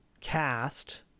cast